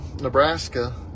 Nebraska